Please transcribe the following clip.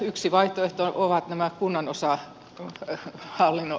yksi vaihtoehto ovat nämä kunnanosahallinnon ratkaisut